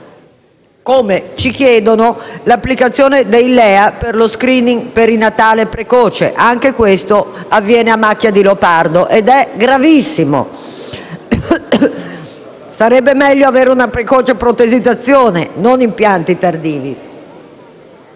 poi richiesta l'applicazione dei LEA per lo *screening* perinatale precoce; anche questo avviene a macchia di leopardo ed è gravissimo. Sarebbe inoltre meglio avere una precoce protesizzazione e non impianti tardivi.